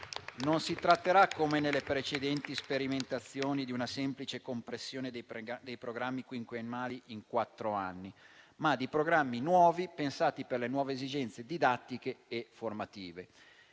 non si tratterà, come nelle precedenti sperimentazioni, di una semplice compressione dei programmi quinquennali in quattro anni, ma di programmi nuovi, pensati per le nuove esigenze didattiche e formative.